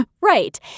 Right